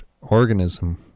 organism